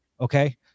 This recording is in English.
Okay